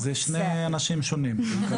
אלה שני אנשים שונים.